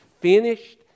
finished